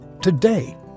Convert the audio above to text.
Today